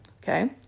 okay